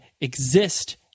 exist